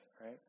right